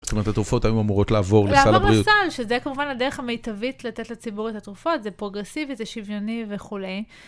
זאת אומרת, התרופות הן אמורות לעבור לסל הבריאות. לעבור לסל, שזה כמובן הדרך המיטבית לתת לציבור את התרופות, זה פרוגרסיבי, זה שוויוני וכולי.